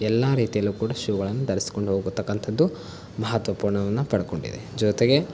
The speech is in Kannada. ಎಲ್ಲ ರೀತಿಯಲ್ಲಿಯೂ ಕೂಡ ಶೂಗಳನ್ನು ಧರಿಸ್ಕೊಂಡು ಹೋಗತಕ್ಕಂಥದ್ದು ಮಹತ್ವ ಪೂರ್ಣವನ್ನು ಪಡ್ಕೊಂಡಿದೆ ಜೊತೆಗೆ